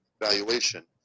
valuation